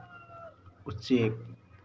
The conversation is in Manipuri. ꯎꯆꯦꯛ